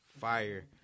Fire